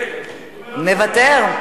מוותר.